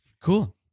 Cool